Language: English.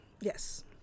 Yes